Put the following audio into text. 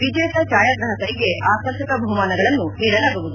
ವಿಜೇತ ಭಾಯಾಗ್ರಾಹಕರಿಗೆ ಆಕರ್ಷಕ ಬಹುಮಾನಗಳನ್ನು ನೀಡಲಾಗುವುದು